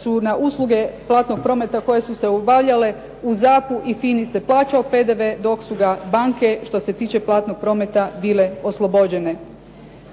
su na usluge platnog prometa koje su se uvaljale u ZAP-u i FINA-i se plaćao PDV što su ga banke što se tiče platnog prometa bile oslobođene.